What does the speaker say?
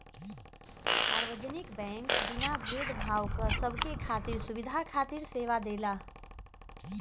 सार्वजनिक बैंक बिना भेद भाव क सबके खातिर सुविधा खातिर सेवा देला